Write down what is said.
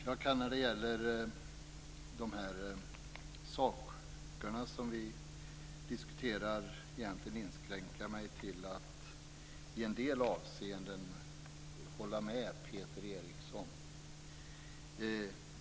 Fru talman! Jag kan inskränka mig till att i en del avseenden hålla med Peter Eriksson om en del av de saker som har diskuterats här.